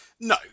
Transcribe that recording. No